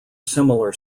similar